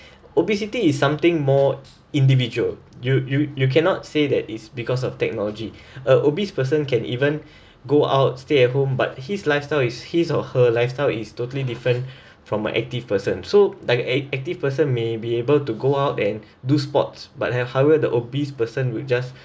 obesity is something more individual you you you cannot say that it's because of technology uh obese person can even go out stay at home but his lifestyle is his or her lifestyle is totally different from my active person so like a~ active person may be able to go out and do sports but however the obese person would just